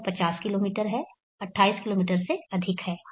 यह 50 किमी है 28 किमी से अधिक है